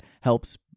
helps